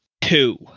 Two